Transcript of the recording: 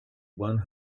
one